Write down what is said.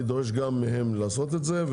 אני דורש גם מהם לעשות את זה.